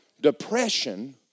Depression